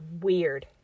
weird